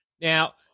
now